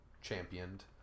championed